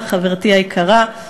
לפעמים באפרוריות היום-יום של עבודת